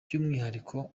byumwihariko